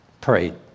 prayed